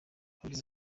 abagize